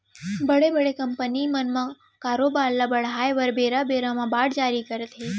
बड़े बड़े कंपनी मन कारोबार ल बढ़ाय बर बेरा बेरा म बांड जारी करथे